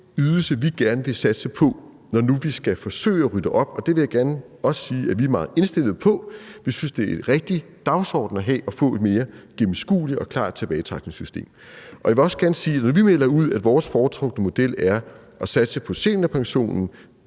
ydelse, vi gerne vil satse på, når nu vi skal forsøge at rydde op. Det vil jeg også gerne sige at vi er meget indstillet på; vi synes, at det at få et mere gennemskueligt og klart tilbagetrækningssystem er en rigtig dagsorden at have. Jeg vil også gerne sige, at når vi melder ud, at vores foretrukne model er at satse på seniorpensionen,